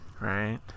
right